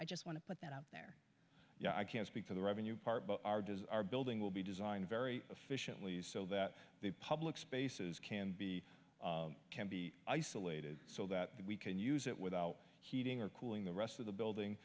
i just want to put that out you know i can't speak for the revenue part but our does our building will be designed very efficiently so that the public spaces can be can be isolated so that we can use it without heating or cooling the rest of the building